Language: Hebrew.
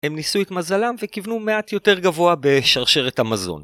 הם ניסו את מזלם כי כיוונו מעט יותר גבוה בשרשרת המזון.